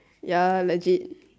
ya legit